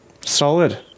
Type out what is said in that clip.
Solid